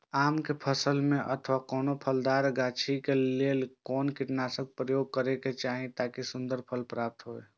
आम क फल में अथवा कोनो फलदार गाछि क लेल कोन कीटनाशक प्रयोग करबाक चाही ताकि सुन्दर फल प्राप्त हुऐ?